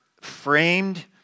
framed